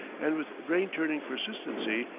and with brain-turning persistency,